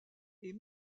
est